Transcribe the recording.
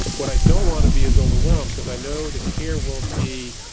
what i don't want to be is overwhelmed because i know the care won't be